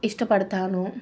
ఇష్టపడతాను